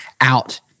out